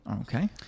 Okay